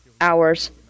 hours